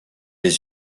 les